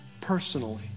personally